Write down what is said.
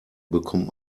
bekommt